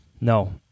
No